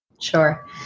Sure